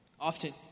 often